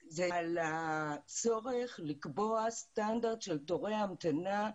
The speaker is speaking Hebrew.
הצורך לקבוע סטנדרט של תורי המתנה,